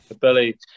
Billy